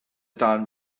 darn